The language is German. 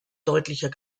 deutlicher